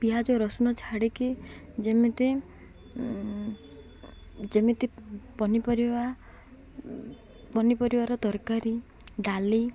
ପିଆଜ ରସୁଣ ଛାଡ଼ିକି ଯେମିତି ଯେମିତି ପନିପରିବା ପନିପରିବାର ତରକାରୀ ଡାଲି